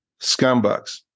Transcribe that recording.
scumbags